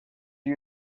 you